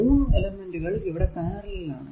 3 എലെമെന്റുകൾ ഇവിടെ പാരലൽ ആണ്